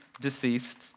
deceased